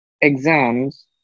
exams